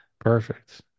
Perfect